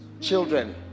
children